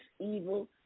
evil